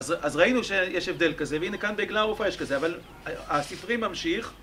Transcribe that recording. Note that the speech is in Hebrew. אז ראינו שיש הבדל כזה, והנה כאן בעגלה הרופא יש כזה, אבל הספרים ממשיך